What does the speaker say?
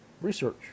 research